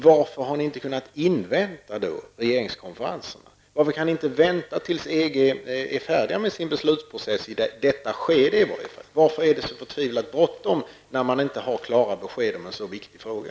Varför har man då inte kunnat invänta regeringskonferenserna? Varför kan vi inte vänta tills EG är färdigt med sin beslutsprocess i detta skede? Varför är det så förtvivlat bråttom, när man inte har klara besked i en så viktig fråga?